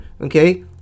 Okay